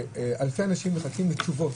אלפי אנשים מחכים לתשובות,